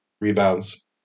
rebounds